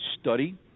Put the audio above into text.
study